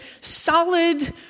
solid